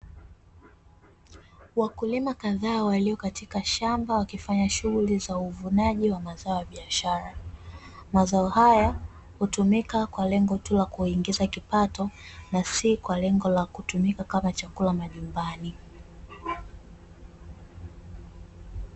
Wakulima kadhaa walio katika shamba wakifanya shughuli za uvunaji wa mazao ya biashara. Mazao haya hutumika kwa lengo tu la kuingiza kipato, na si kwa lengo la kutumika kama chakula majumbani.